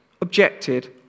objected